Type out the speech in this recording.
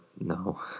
no